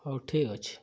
ହଉ ଠିକ୍ ଅଛି